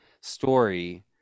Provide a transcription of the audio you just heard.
story